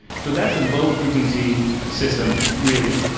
so that's a low-frequency system really.